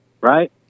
right